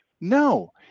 No